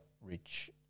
Rich